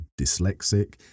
dyslexic